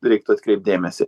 reiktų atkreipt dėmesį